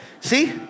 See